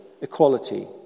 Equality